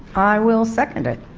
i will second it.